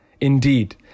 Indeed